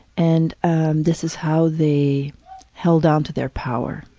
and and this is how they held onto their power.